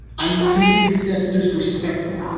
i mean to me, pete, that's disrespectful.